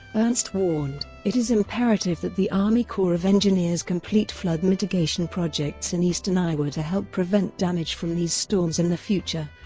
ernst warned it is imperative that the army corps of engineers complete flood mitigation projects in eastern iowa to help prevent damage from these storms in the future